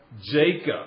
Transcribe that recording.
Jacob